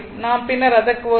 நாம் பின்னர் அதற்கு வருவோம்